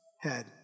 head